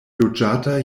loĝata